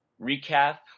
recap